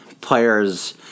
players